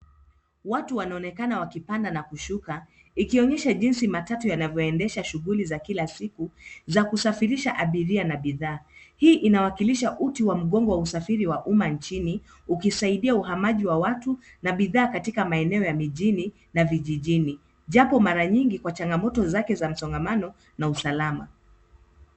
Watu wanaonekana wakipanda na kushuka ikionyesha jinsi matatu yanavyoendesha shughuli za kila siku za kusafirisha abiria na bidhaa. Hii inawakilisha uti wa mgongo wa usafiri wa umma nchini ukisaidia uhamaji wa watu na bidhaa katika maeneo ya mijini na vijijini ,japo kwa mara nyingi kwa changamoto zake za msongamano na usalama.